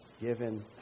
given